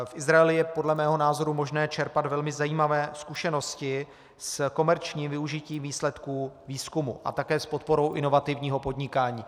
V Izraeli je podle mého názoru možné čerpat velmi zajímavé zkušenosti s komerčním využitím výsledků výzkumu a také s podporou inovativního podnikání.